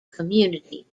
community